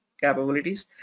capabilities